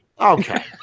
Okay